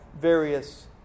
various